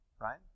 right